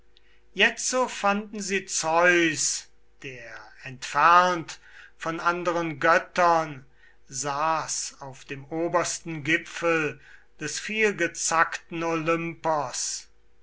jetzo fanden sie zeus der entfernt von anderen göttern saß auf dem obersten gipfel des vielgezackten